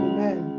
Amen